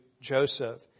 Joseph